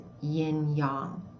yin-yang